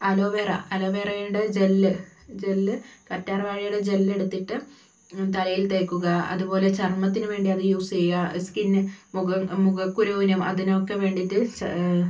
aloe vera അലോവെറയുടെ gel gel കറ്റാർവാഴയുടെ gel എടുത്തിട്ട് തലയിൽ തേക്കുക അതുപോലെ ചർമ്മത്തിന് വേണ്ടിയത് യൂസ് ചെയ്യുക സ്കിന്ന് മുഖം മുഖക്കുരുവിനും അതിനൊക്കെ വേണ്ടിയിട്ട്